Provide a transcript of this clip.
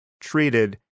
treated